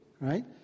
right